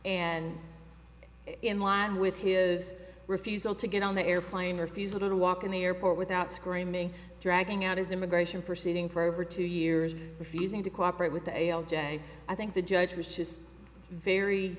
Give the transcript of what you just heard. and in line with his refusal to get on the airplane or feel to walk in the airport without screaming dragging out his immigration proceeding for over two years of using to cooperate with the a l j i think the judge was just very